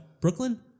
Brooklyn